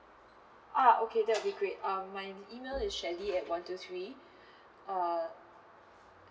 ah okay that'll be great um my email is shirley at one two three uh